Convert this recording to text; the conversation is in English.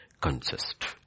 consist